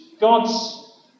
God's